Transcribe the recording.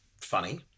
funny